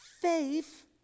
Faith